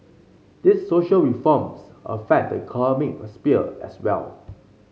these social reforms affect the economic sphere as well